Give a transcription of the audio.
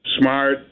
smart